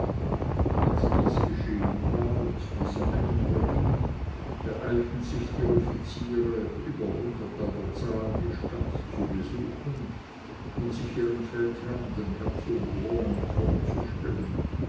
als dies geschehen war und die sonne unterging beeilten sich die offiziere über hundert an der zahl die stadt zu besuchen um sich ihrem feldherrn dem herzog rohan vorzustellen